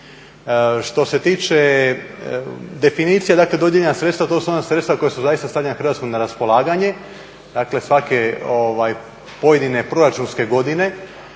Što se tiče definicija, dakle dodijeljena sredstva to su ona sredstva koja su zaista stavljena Hrvatskoj na raspolaganje. Dakle, svake pojedine proračunske godine.